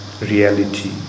reality